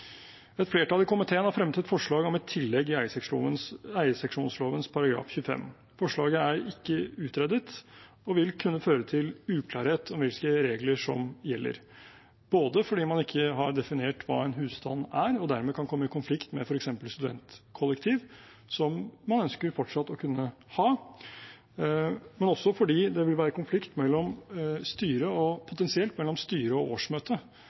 Et flertall i komiteen har fremmet et forslag om et tillegg i eierseksjonsloven § 25. Forslaget er ikke utredet og vil kunne føre til uklarhet om hvilke regler som gjelder, både fordi man ikke har definert hva «en husstand» er – og dermed kan komme i konflikt med f.eks. studentkollektiv, som man ønsker fortsatt å kunne ha – og fordi det potensielt vil være konflikt mellom styre og